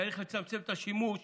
צריך לצמצם את השימוש